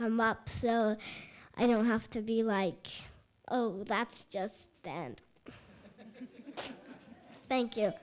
come up so i don't have to be like oh that's just the end thank you